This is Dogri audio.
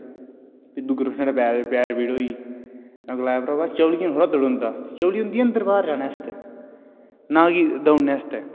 दुऐ दिन पैर पीड़ होई गेई में गलाया भ्रावा चपलियां च थोह्ड़ा दड़ोंदा तपली होंदी अंदर बाहर जाने आस्तै ना कि दौड़ने आस्तै